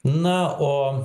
na o